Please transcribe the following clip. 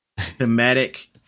Thematic